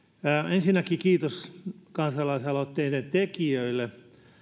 ensinnäkin kiitos kansalaisaloitteen tekijöille